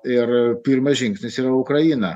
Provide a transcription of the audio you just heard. ir pirmas žingsnis yra ukraina